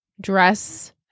dress